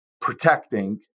protecting